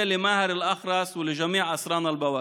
(אומר בערבית: חירות למאהר אל-אח'רס ולכל אסירינו הגיבורים.)